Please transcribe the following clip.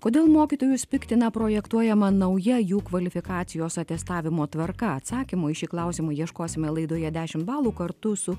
kodėl mokytojus piktina projektuojama nauja jų kvalifikacijos atestavimo tvarka atsakymo į šį klausimą ieškosime laidoje dešimt balų kartu su